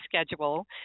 schedule